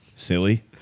Silly